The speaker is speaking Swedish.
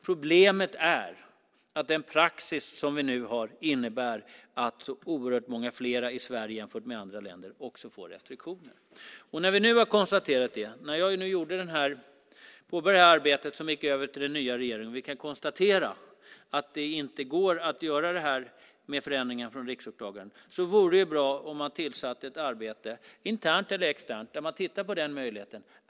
Problemet är att den praxis som vi nu har innebär att så oerhört många fler får restriktioner i Sverige än i andra länder. När vi nu har noterat detta och det arbete jag påbörjade som gick över till den nya regeringen kan vi ändå konstatera att det inte går att göra denna förändring från riksåklagarens sida. Därför vore det bra om man började ett arbete, internt eller externt, där man tittar på den möjligheten.